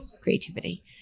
creativity